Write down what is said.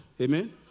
amen